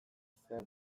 zer